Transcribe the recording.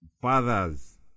fathers